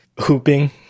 Hooping